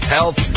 Health